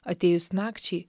atėjus nakčiai